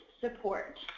support